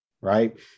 right